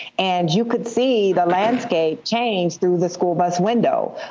and you could see the landscape change through the school bus window.